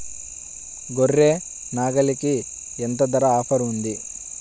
గొర్రె, నాగలికి ఎంత ధర ఆఫర్ ఉంది?